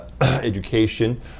education